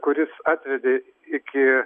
kuris atvedė iki